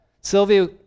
Sylvia